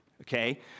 Okay